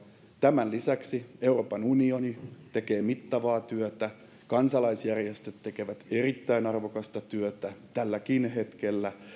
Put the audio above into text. tämän lisäksi euroopan unioni tekee mittavaa työtä kansalaisjärjestöt tekevät erittäin arvokasta työtä tälläkin hetkellä